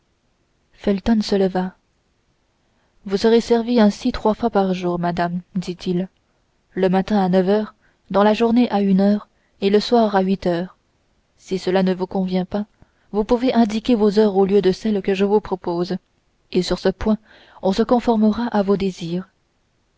felton se leva vous serez servie ainsi trois fois par jour madame dit-il le matin à neuf heures dans la journée à une heure et le soir à huit heures si cela ne vous convient pas vous pouvez indiquer vos heures au lieu de celles que je vous propose et sur ce point on se conformera à vos désirs